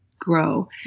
grow